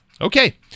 Okay